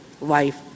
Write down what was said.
life